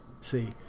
See